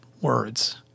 words